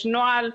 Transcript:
יש נוהל.